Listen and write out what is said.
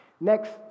Next